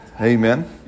Amen